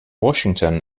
washington